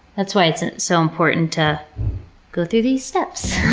that's why it's so important to go through these steps.